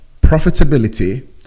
profitability